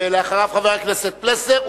ואחריו, חבר הכנסת פלסנר.